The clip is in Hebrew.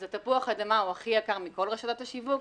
אז תפוח האדמה הוא הכי יקר מכל רשתות השיווק.